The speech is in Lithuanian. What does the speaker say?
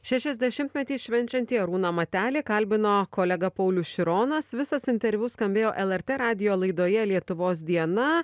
šešiasdešimtmetį švenčiantį arūną matelį kalbino kolega paulius šironas visas interviu skambėjo lrt radijo laidoje lietuvos diena